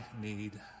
need